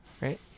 right